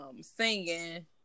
singing